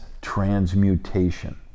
transmutation